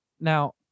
now